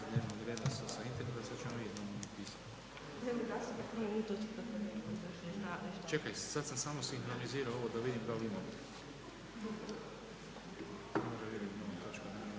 da ćemo uspjeti